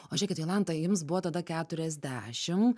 o žiūrėkit jolanta jums buvo tada keturiasdešim